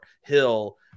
Hill